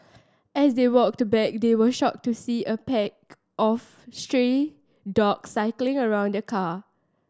as they walked back they were shocked to see a pack of stray dogs circling around the car